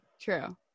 true